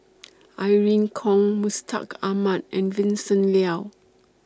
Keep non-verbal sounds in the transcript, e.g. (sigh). (noise) Irene Khong Mustaq Ahmad and Vincent Leow